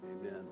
Amen